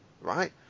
right